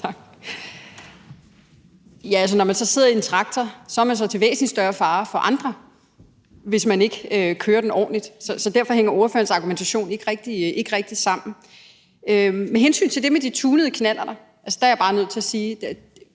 (NB): Når man sidder i en traktor, er man til væsentlig større fare for andre, hvis man ikke kører den ordentligt. Derfor hænger ordførerens argumentation ikke rigtig sammen. Med hensyn til det med de tunede knallerter er jeg bare nødt til at sige,